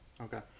Okay